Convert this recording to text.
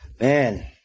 Man